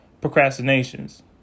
procrastinations